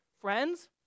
Friends